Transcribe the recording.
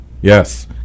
Yes